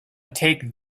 take